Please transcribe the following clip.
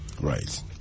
Right